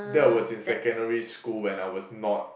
that was in secondary school when I was not